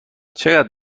چقدر